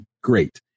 great